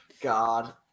God